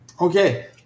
Okay